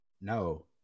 No